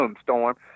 Storm